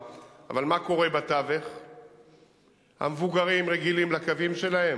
2. אבל אני מניח שהמספרים הם הרבה גדולים והרבה יותר חמורים,